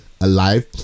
alive